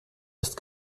ist